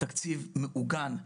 התקציב מעוגן,